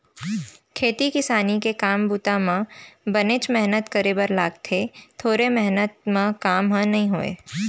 खेती किसानी के काम बूता म बनेच मेहनत करे बर लागथे थोरे मेहनत म काम ह नइ होवय